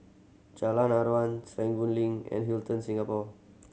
Jalan Aruan Serangoon Link and Hilton Singapore